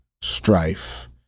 strife